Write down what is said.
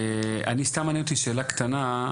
יש לי שאלה קטנה,